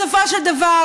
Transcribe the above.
בסופו של דבר,